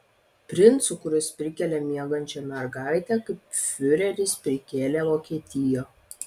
princu kuris prikelia miegančią mergaitę kaip fiureris prikėlė vokietiją